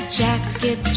jacket